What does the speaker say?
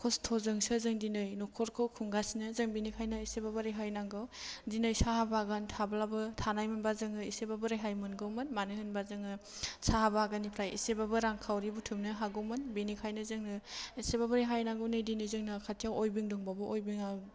खस्थ'जोंसो जों दिनै न'खरखौ खुंगासिनो जों बेनिखायनो इसेबाबो रेहाय नांगौ दिनै साहा बागान थाब्लाबो थानाय मोनबा जोङो इसेबाबो रेहाय मोनगौमोन मानो होनबा जोङो साहा बागाननिफ्राय इसेबाबो रां खावरि बुथुमनो हागौमोन बेनिखायनो जोंनो इसेबाबो रेहाय नांगौ नै दिनै जोंना खाथियाव अयबिं दंबाबो अयबिंआ